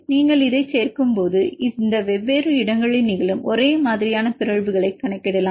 நீங்கள் இதைச் சேர்க்கும்போது இந்த வெவ்வேறு இடங்களில் நிகழும் ஒரே மாதிரியான பிறழ்வுகளைக் கணக்கிடலாம்